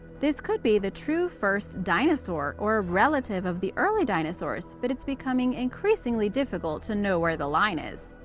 this could be the true first dinosaur, or a relative of the early dinosaurs, but it's becoming increasingly difficult to know where the line is.